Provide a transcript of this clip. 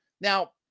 Now